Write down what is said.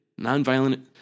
nonviolent